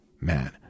man